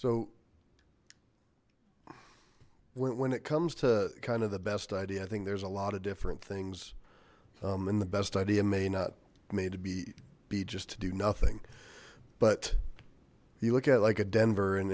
so when it comes to kind of the best idea i think there's a lot of different things and the best idea may not maybe be just to do nothing but you look at like a denver and